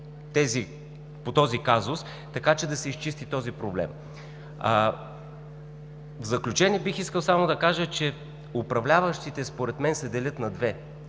по този казус, така че да се изчисти този проблем. В заключение бих искал само да кажа, че управляващите според мен се делят на две: